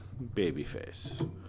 Babyface